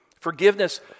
Forgiveness